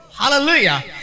Hallelujah